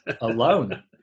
alone